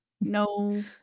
no